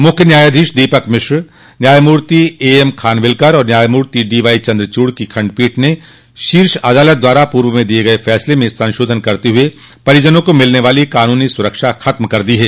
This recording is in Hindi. मुख्य न्यायाधीश दीपक मिश्रा न्यायमूर्ति एएम खानविलकर और न्यायमूर्ति डीवाई चन्द्रचूड़ की खंडपीठ ने शीर्ष अदालत द्वारा पूर्व में दिये गये फसले में संशोधन करते हुए परिजनों को मिलने वाली कानूनी सुरक्षा खत्म कर दी है